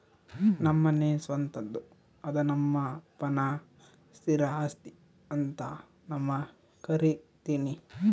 ನಮ್ಮನೆ ಸ್ವಂತದ್ದು ಅದ್ನ ನಮ್ಮಪ್ಪನ ಸ್ಥಿರ ಆಸ್ತಿ ಅಂತ ನಾನು ಕರಿತಿನಿ